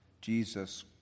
Jesus